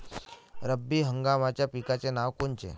रब्बी हंगामाच्या पिकाचे नावं कोनचे?